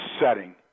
setting